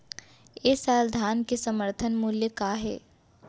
ए साल धान के समर्थन मूल्य का हे?